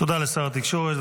תודה לשר התקשורת.